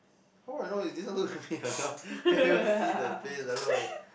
how you know if this one looks like me or not can't even see the face hello